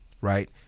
Right